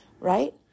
Right